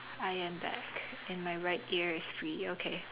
I am back and my right ear is free okay